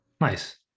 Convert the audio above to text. Nice